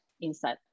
inside